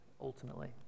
ultimately